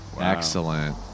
excellent